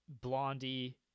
Blondie